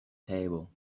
table